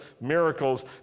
miracles